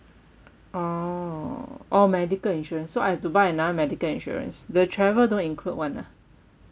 orh orh medical insurance so I have to buy another medical insurance the travel don't include [one] ah